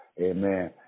Amen